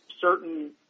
certain